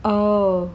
oh